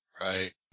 Right